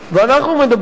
ואנחנו מדברים,